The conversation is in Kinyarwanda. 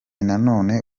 nanone